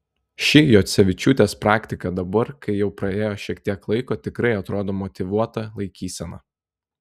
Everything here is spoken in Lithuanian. ši juocevičiūtės praktika dabar kai jau praėjo šiek tiek laiko tikrai atrodo motyvuota laikysena